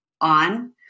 on